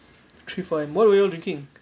three four A_M what were you all drinking